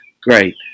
Great